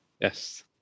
Yes